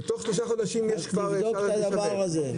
ותוך שלושה חודשים יש כבר --- תבדוק את הדבר הזה.